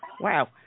Wow